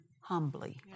humbly